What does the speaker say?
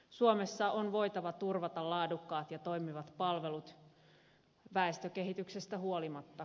suomessa on voitava turvata laadukkaat ja toimivat palvelut väestökehityksestä huolimatta